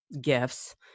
gifts